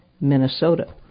Minnesota